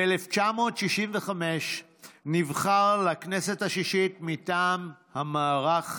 ב-1965 נבחר לכנסת השישית מטעם המערך,